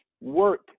work